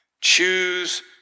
Choose